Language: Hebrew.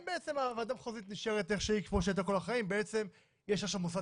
והוועדה המחוזית נשארת כמו שהיא הייתה כל החיים ובעצם יש עכשיו מוסד